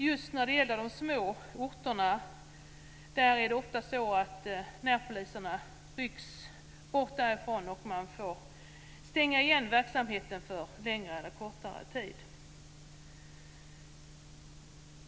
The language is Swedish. Just på de små orterna rycks närpoliserna bort, och man får stänga igen verksamheten för längre eller kortare tid.